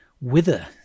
wither